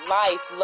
life